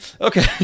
Okay